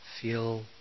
feel